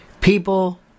people